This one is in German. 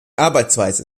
arbeitsweise